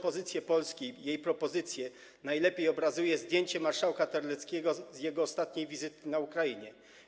Pozycję Polski i jej propozycje najlepiej obrazuje zdjęcie marszałka Terleckiego z jego ostatniej wizyty na Ukrainie.